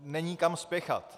Není kam spěchat.